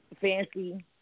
fancy